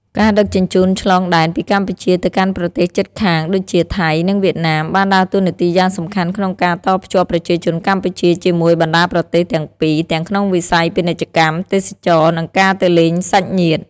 ការដឹកជញ្ជូនឆ្លងដែនពីកម្ពុជាទៅកាន់ប្រទេសជិតខាងដូចជាថៃ និងវៀតណាមបានដើរតួនាទីយ៉ាងសំខាន់ក្នុងការតភ្ជាប់ប្រជាជនកម្ពុជាជាមួយបណ្តាប្រទេសទាំងពីរទាំងក្នុងវិស័យពាណិជ្ជកម្ម ទេសចរណ៍ និងការទៅលេងសាច់ញាតិ។